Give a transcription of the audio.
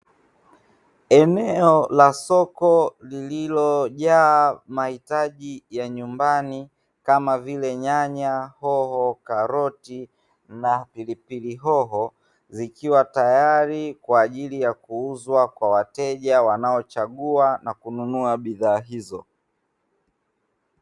Eneo la soko lililojaa mahitaji ya nyumbani, kama vile: nyanya, hoho, karoti na pilipili hoho; zikiwa tayari kwa ajili ya kuuzwa kwa wateja wanaochagua na kununua bidhaa hizo.